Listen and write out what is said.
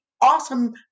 awesome